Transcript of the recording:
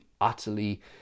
utterly